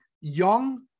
young